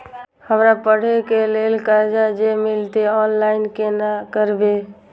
हमरा पढ़े के लेल कर्जा जे मिलते ऑनलाइन केना करबे?